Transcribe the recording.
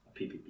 PPP